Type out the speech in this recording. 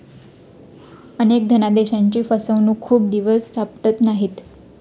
अनेक धनादेशांची फसवणूक खूप दिवस सापडत नाहीत